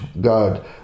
God